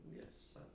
Yes